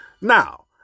Now